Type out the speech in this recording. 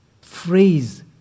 phrase